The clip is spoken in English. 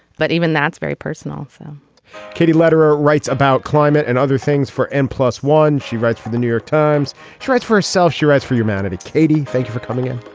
but even that's very personal so katie lederer writes about climate and other things for m plus one she writes for the new york times she writes for herself she writes for humanity. katie thank you for coming in.